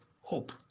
hope